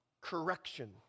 correction